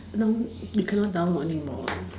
now you cannot download anymore